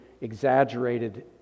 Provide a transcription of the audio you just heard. exaggerated